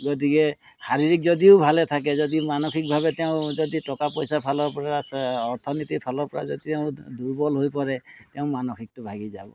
গতিকে শাৰীৰিক যদিও ভালে থাকে যদি মানসিকভাৱে তেওঁ যদি টকা পইচা ফালৰ পৰা চ অৰ্থনীতিৰ ফালৰ পৰা যদি তেওঁ দুৰ্বল হৈ পৰে তেওঁ মানসিকটো ভাগি যাব